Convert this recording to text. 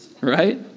right